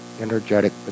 energetic